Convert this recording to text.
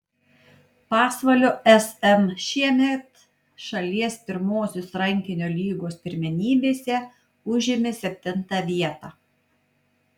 pasvalio sm šiemet šalies pirmosios rankinio lygos pirmenybėse užėmė septintą vietą